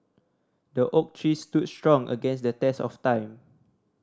the oak tree stood strong against the test of time